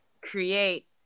create